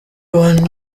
wine